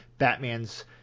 batman's